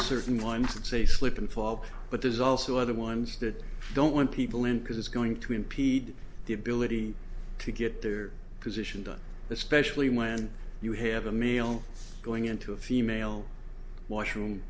certain lines it's a slip and fall but there's also other ones that don't want people in because it's going to impede the ability to get their position done especially when you have a male going into a female washroom